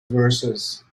verses